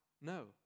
no